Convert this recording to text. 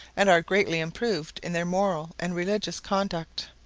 and are greatly improved in their moral and religious conduct.